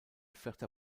vierter